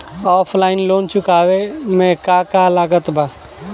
Offline loan चुकावे म का का लागत बा?